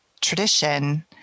tradition